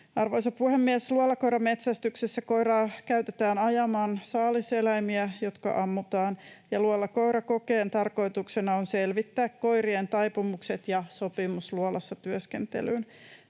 Arvoisa puhemies! Luolakoirametsästyksessä koiraa käytetään ajamaan saaliseläimiä, jotka ammutaan, ja luolakoirakokeen tarkoituksena on selvittää koirien taipumukset ja sopivuus luolassa työskentelyyn.